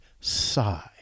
sigh